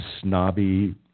snobby